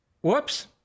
Whoops